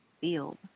field